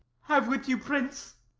have with you, prince.